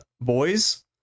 Boys